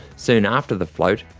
soon after the float,